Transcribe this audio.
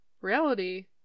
Reality